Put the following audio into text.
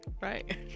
Right